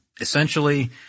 essentially